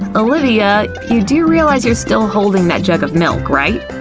olivia? you do realize you're still holding that jug of milk, right?